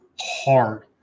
hard